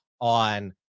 on